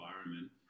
environment